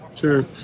Sure